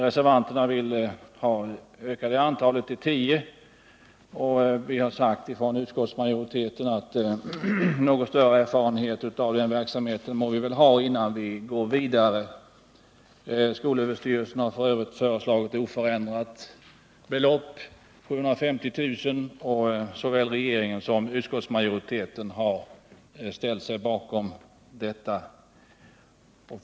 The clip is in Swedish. Reservanterna vill nu utöka antalet till tio, men vi inom utskottsmajoriteten har ansett att vi först måste ha någon större erfarenhet av den verksamheten innan vi går vidare. Skolöverstyrelsen har f. ö. föreslagit oförändrat anslagsbelopp, 750 000 kr., och såväl regeringen som utskottsmajoriteten har ställt sig bakom detta förslag.